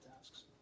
tasks